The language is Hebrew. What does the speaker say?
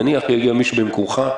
נניח שיגיע מישהו במקומך,